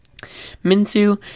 minsu